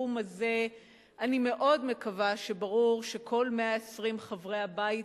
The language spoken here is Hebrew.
בתחום הזה אני מאוד מקווה שברור שכל 120 חברי הבית